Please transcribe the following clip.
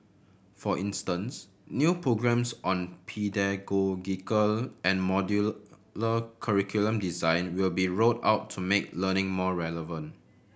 for instance new programmes on pedagogical and modular curriculum design will be rolled out to make learning more relevant